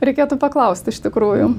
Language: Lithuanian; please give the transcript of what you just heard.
reikėtų paklaust iš tikrųjų